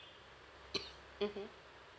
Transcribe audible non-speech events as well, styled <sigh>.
<coughs> mmhmm